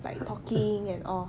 like talking and all